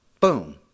boom